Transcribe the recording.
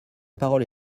parole